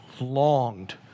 longed